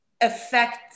affect